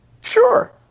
Sure